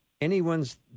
anyone's